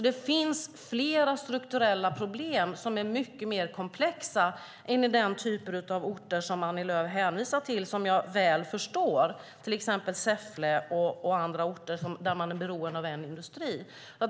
Det finns alltså flera strukturella problem som är mycket mer komplexa än i den typ av orter som Annie Lööf hänvisar till, alltså till exempel Säffle och andra orter där man är beroende av en enda industri.